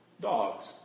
dogs